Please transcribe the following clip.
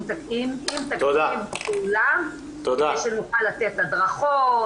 עם תקציב לכולם כדי שנוכל לתת הדרכות.